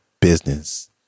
Business